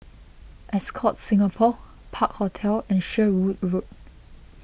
Ascott Singapore Park Hotel and Sherwood Road